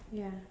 ya